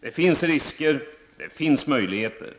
Det finns risker. Det finns möjligheter.